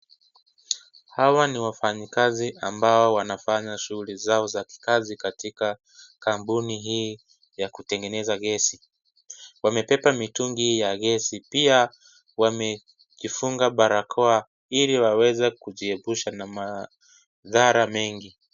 Hawa ni wafanyikazi ambao wanafanya shuguli zao za kikazi katika kampuni hii ya kutengeneza gesi, wamebeba mitungi hii ya gesi pia wamejifunga barakoa ili waweze kujiepusha na madhara mengi.